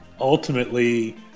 ultimately